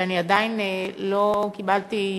ואני עדיין לא קיבלתי ממך,